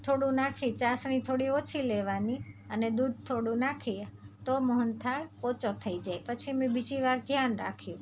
થોડું નાખી ચાસણી થોડી ઓછી લેવાની અને દૂધ થોડું નાખી તો મોહનથાળ પોચો થઈ જાય પછી મેં બીજી વાર ધ્યાન રાખ્યું